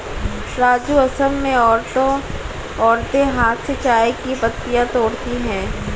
राजू असम में औरतें हाथ से चाय की पत्तियां तोड़ती है